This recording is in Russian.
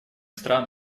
стран